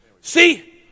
See